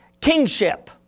kingship